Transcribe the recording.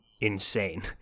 insane